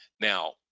now